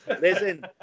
Listen